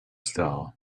style